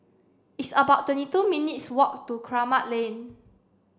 it's about twenty two minutes' walk to Kramat Lane